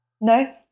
No